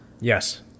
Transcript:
Yes